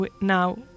now